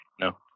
No